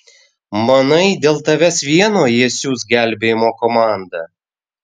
manai dėl tavęs vieno jie siųs gelbėjimo komandą